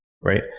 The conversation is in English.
right